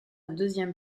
deuxième